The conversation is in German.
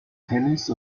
tennis